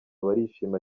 barishima